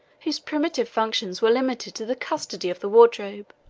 whose primitive functions were limited to the custody of the wardrobe.